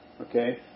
okay